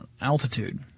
altitude